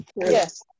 Yes